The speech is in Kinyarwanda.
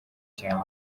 cyane